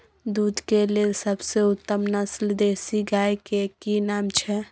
दूध के लेल सबसे उत्तम नस्ल देसी गाय के की नाम छै?